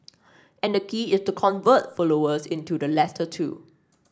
and the key is to convert followers into the latter two